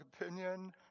opinion